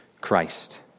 Christ